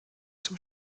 zum